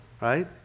right